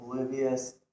oblivious